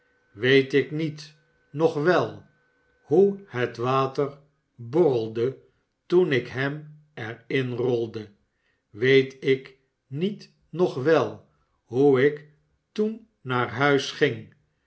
weet ik niet nog wel hoe het water borrelde toen ik hem er in rolde weet ik niet nog wel hoe ik toen naar liuis ging